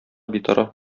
битараф